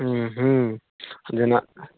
हुँ हुँ जेना